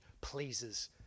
pleases